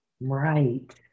Right